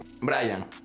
Brian